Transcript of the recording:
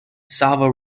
sava